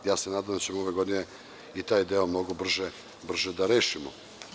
Nadam se da ćemo ove godine i taj deo mnogo brže da rešimo.